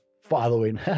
following